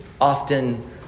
often